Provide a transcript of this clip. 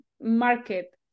market